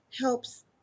helps